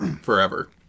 forever